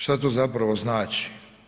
Šta to zapravo znači?